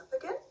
again